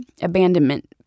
abandonment